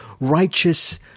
righteous